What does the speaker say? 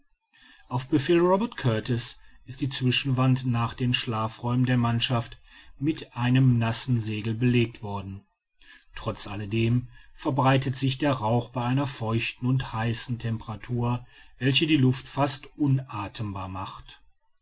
auf befehl robert kurtis ist die zwischenwand nach den schlafräumen der mannschaften mit einem nassen segel belegt worden trotz alledem verbreitet sich der rauch bei einer feuchten und heißen temperatur welche die luft fast unathembar macht